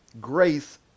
Grace